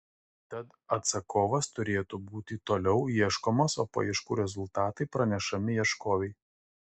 tad atsakovas turėtų būti toliau ieškomas o paieškų rezultatai pranešami ieškovei